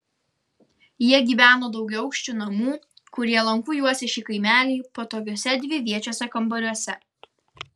jie gyveno daugiaaukščių namų kurie lanku juosė šį kaimelį patogiuose dviviečiuose kambariuose